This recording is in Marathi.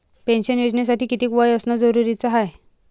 पेन्शन योजनेसाठी कितीक वय असनं जरुरीच हाय?